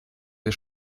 der